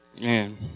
Man